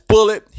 Bullet